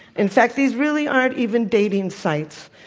in fact, these really aren't even dating sites.